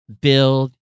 build